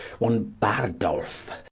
one bardolph,